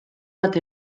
bat